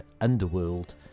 Underworld